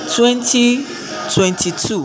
2022